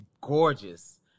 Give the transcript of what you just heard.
gorgeous